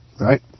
right